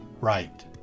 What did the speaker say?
right